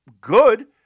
good